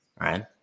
right